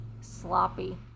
Sloppy